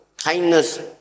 Kindness